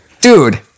dude